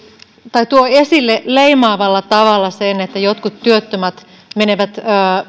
tai tuo esille leimaavalla tavalla sen että jotkut työttömät menevät